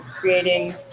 creating